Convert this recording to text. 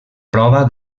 prova